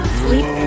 sleep